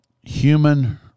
human